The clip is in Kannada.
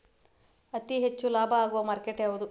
ಅತಿ ಹೆಚ್ಚು ಲಾಭ ಆಗುವ ಮಾರ್ಕೆಟ್ ಯಾವುದು?